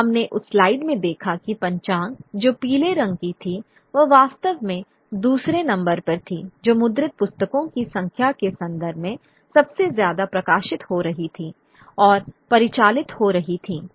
हमने उस स्लाइड में देखा कि पंचांग जो पीले रंग की थी वह वास्तव में दूसरे नंबर पर थीं जो मुद्रित पुस्तकों की संख्या के संदर्भ में सबसे ज्यादा प्रकाशित हो रही थीं और परिचालित हो रही थीं